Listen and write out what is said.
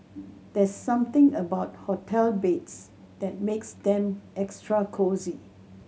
there's something about hotel beds that makes them extra cosy